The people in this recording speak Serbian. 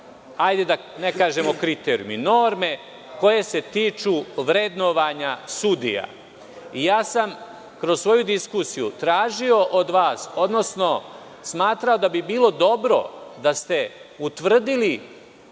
norme, da ne kažem kriterijumi, koje se tiču vrednovanja sudija. Ja sam kroz svoju diskusiju tražio od vas, odnosno smatrao da bi bilo dobro da ste utvrdili